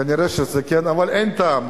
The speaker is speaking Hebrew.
כנראה שזה כך, אבל אין טעם.